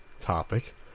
topic